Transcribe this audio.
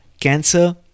cancer